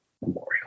Memorial